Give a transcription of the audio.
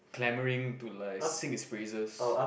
glamouring to like sing his praises